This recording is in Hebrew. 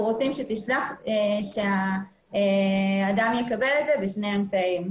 רוצים שהאדם יקבל את זה בשני אמצעים,